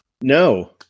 No